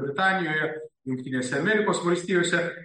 britanijoje jungtinėse amerikos valstijose